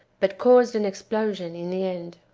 but caused an explosion in the end.